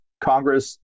Congress